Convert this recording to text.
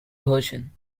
goshen